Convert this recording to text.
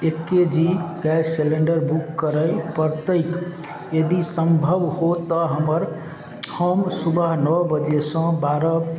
एक K G gas cylinder book करय पड़तैक यदि सम्भव हो तऽ हमर हम सुबह नओ बजेसँ बारह